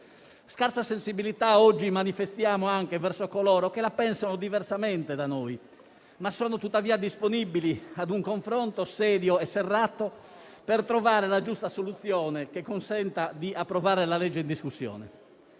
Scarsa sensibilità oggi manifestiamo anche verso coloro che la pensano diversamente da noi, ma sono tuttavia disponibili ad un confronto serio e serrato per trovare la giusta soluzione che consenta di approvare il disegno di legge in discussione.